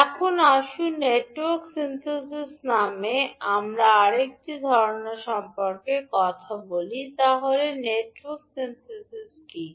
এবার আসুন network synthesis নামে আরেকটি ধারণা সম্পর্কে কথা বলা যাক তাহলে নেটওয়ার্ক সিনথেসিস কী